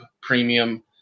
Premium